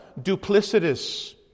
duplicitous